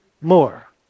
more